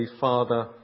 father